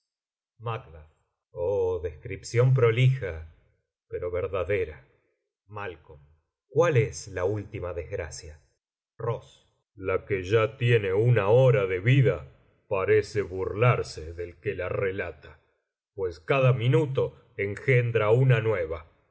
oh descripción prolija pero verdadera cuál es la última desgracia la que ya tiene una hora de vida parece burlarse del que la relata pues cada minuto engendra una nueva